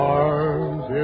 arms